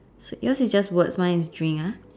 so yours is just words mine is drink ah